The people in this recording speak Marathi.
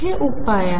हे उपाय आहेत